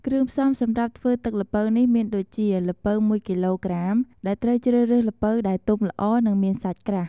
គ្រឿងផ្សំសម្រាប់់ធ្វើទឹកល្ពៅនេះមានដូចជា ល្ពៅ ១ គីឡូក្រាម ដែលត្រូវជ្រើសរើសល្ពៅដែលទុំល្អ និងមានសាច់ក្រាស់។